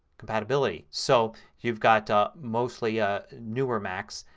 compatibility. so you've got ah mostly ah newer macs.